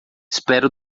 espero